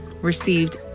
received